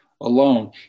alone